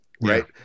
right